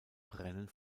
brennen